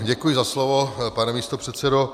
Děkuji za slovo, pane místopředsedo.